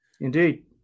Indeed